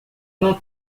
não